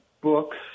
books